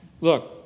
Look